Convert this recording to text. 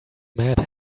mad